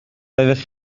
roeddech